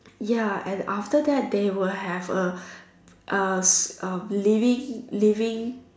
ya and after that they will have a uh uh leaving leaving